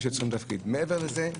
מעבר לזה,